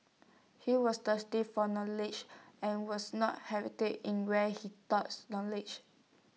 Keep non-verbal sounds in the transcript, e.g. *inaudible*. he was thirsty for knowledge and was not *unintelligible* in where he sought knowledge